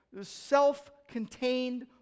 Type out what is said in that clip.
self-contained